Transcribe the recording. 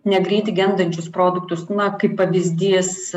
negreit gendančius produktus na kaip pavyzdys